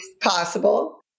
possible